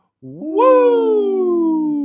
Woo